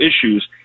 issues